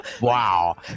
Wow